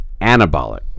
anabolic